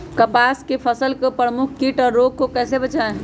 कपास की फसल को प्रमुख कीट और रोग से कैसे बचाएं?